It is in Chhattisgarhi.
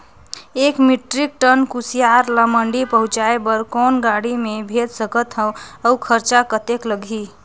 एक मीट्रिक टन कुसियार ल मंडी पहुंचाय बर कौन गाड़ी मे भेज सकत हव अउ खरचा कतेक लगही?